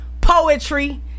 poetry